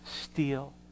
steal